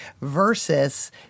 versus